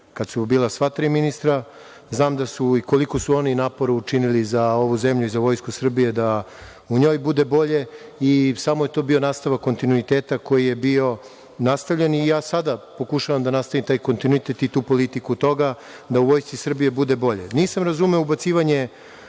kada su bila sva tri ministra. Znam koliko su napora učinili za ovu zemlju i Vojsku Srbije da u njoj bude bolje i samo je to bio nastavak kontinuiteta koji je bio nastavljen i ja sada pokušavam da nastavim taj kontinuitet i politiku toga da Vojsci Srbije bude bolje. Nisam